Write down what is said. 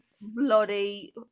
bloody